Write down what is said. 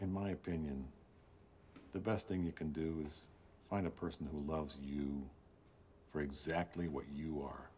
in my opinion the best thing you can do is find a person who loves you for exactly what you are